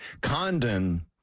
Condon